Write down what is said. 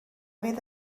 fydd